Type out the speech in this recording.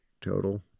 total